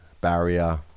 barrier